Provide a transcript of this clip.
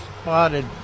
spotted